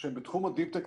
שבתחום Deep Tech.